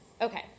Okay